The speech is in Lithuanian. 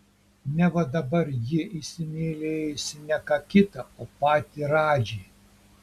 neva dabar ji įsimylėjusi ne ką kitą o patį radžį